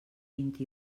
vint